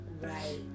Right